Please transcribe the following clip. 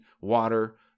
water